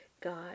God